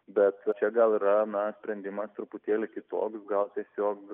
bet čia gal yra na sprendimas truputėlį kitoks gal tiesiog